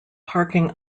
parking